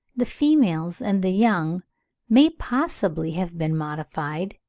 the females and the young may possibly have been modified,